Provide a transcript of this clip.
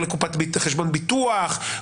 לא לקופת חשבון ביטוח,